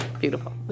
beautiful